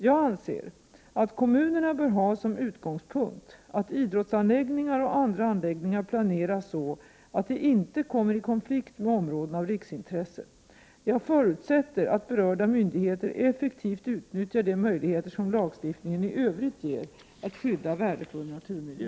Jag anser att kommunerna bör ha som utgångspunkt att idrottsanläggningar och andra anläggningar planeras så att de inte kommer i konflikt med områden av riksintresse. Jag förutsätter att berörda myndigheter effektivt utnyttjar de möjligheter som lagstiftningen i övrigt ger att skydda värdefull naturmiljö.